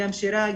גם שירה,